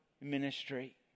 ministry